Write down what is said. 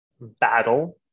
battle